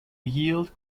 yield